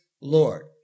Lord